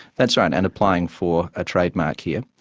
that's right, and applying for a trademark here,